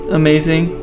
amazing